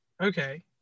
Okay